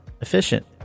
efficient